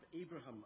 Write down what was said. Abraham